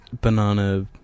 banana